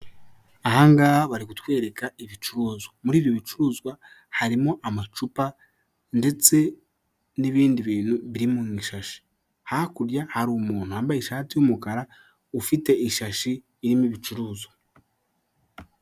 Ahangaha bari kutwereka ibicuruzwa, muri ibi bicuruzwa harimo amacupa, ndetse n'ibindi bintu biririmo mu shashi, hakurya hari umuntu wambaye ishati y'umukara ufite ishashi irimo ibicuruzwa.